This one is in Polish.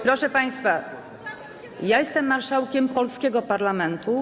Proszę państwa, ja jestem marszałkiem polskiego parlamentu.